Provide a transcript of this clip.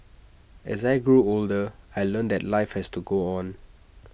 as I grew older I learnt that life has to go on